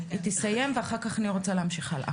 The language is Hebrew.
היא תסיים ואחר כך אני רוצה להמשיך הלאה.